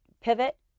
pivot